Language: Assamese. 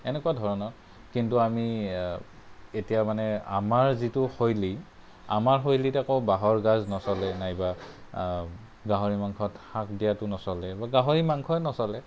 এনেকুৱা ধৰণৰ কিন্তু আমি এতিয়া মানে আমাৰ যিটো শৈলী আমাৰ শৈলীত আকৌ বাহৰ গাজ নচলে নাইবা গাহৰি মাংসত শাক দিয়াটো নচলে গাহৰি মাংসই নচলে